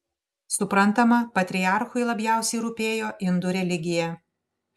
suprantama patriarchui labiausiai rūpėjo indų religija